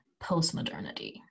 postmodernity